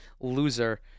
loser